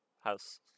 house